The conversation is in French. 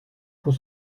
pour